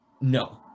No